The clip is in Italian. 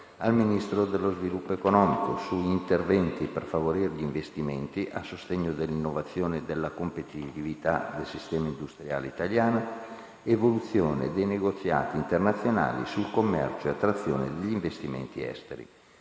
151-*bis* del Regolamento, su interventi per favorire gli investimenti a sostegno dell'innovazione e della competitività del sistema industriale italiano ed evoluzione dei negoziati internazionali sul commercio e attrazione degli investimenti esteri**